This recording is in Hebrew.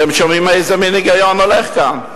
אתם שומעים איזה מין היגיון הולך כאן?